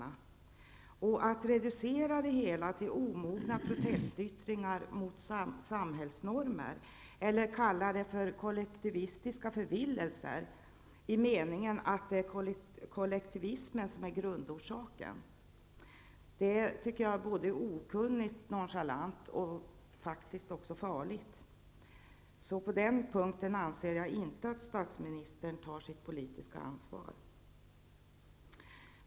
Det är okunnigt, nonchalant och faktiskt också farligt att reducera det hela till omogna protestyttringar mot samhällsnormer eller att kalla det för kollektivistiska förvillelser i den meningen att det är kollektivismen som är grundorsaken. På den punkten anser jag att statsministern inte tar sitt politiska ansvar.